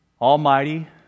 Almighty